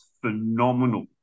phenomenal